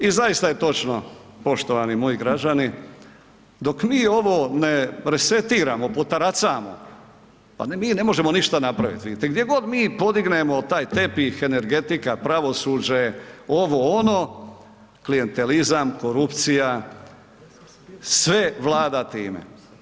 I zaista je točno poštovani moji građani, dok mi ovo ne resetiramo, potaracamo, pa mi ne možemo ništa napravite, vidite, gdjegod mi podignemo taj tepih energetika, pravosuđe, ovo, ono, klijentelizam, korupcija, sve vlada time.